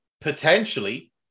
Potentially